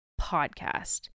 podcast